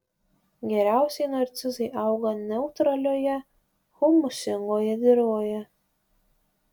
geriausiai narcizai auga neutralioje humusingoje dirvoje